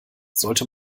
sollte